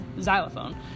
xylophone